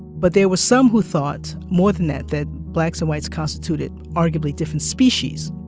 but there were some who thought more than that that, blacks and whites constituted arguably different species